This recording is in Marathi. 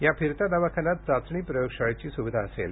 या फिरत्या दवाखान्यात चाचणी प्रयोगशाळेची सुविधा असणार आहे